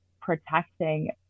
protecting